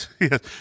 yes